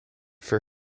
for